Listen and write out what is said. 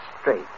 straight